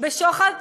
בשוחד,